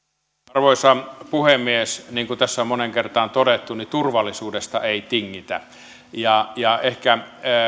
arvoisa puhemies niin kuin tässä on moneen kertaan todettu turvallisuudesta ei tingitä ehkä